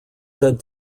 said